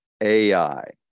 AI